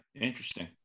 interesting